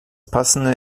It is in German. passende